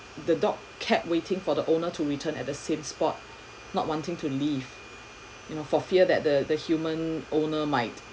the dog kept waiting for the owner to return at the same spot not wanting to leave you know for fear that the human owner might